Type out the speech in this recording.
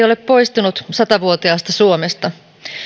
ole poistunut sata vuotiaasta suomesta